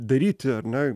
daryti ar ne